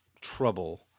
trouble